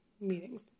meetings